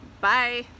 Bye